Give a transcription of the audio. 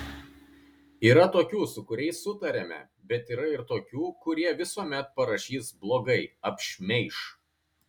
yra tokių su kuriais sutariame bet yra ir tokių kurie visuomet parašys blogai apšmeiš